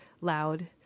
loud